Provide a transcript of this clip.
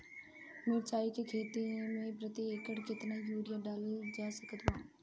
मिरचाई के खेती मे प्रति एकड़ केतना यूरिया डालल जा सकत बा?